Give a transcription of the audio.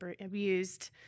abused